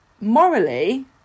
morally